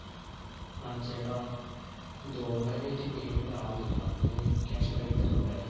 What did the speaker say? ആ ചേട്ടാ അത് ഓൺലൈൻ ആയിട്ട് പേയ്മെന്റ് ആവുന്നില്ല ഞാൻ ക്യാഷ് കയ്യിൽ തന്നോട്ടേ